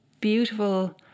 beautiful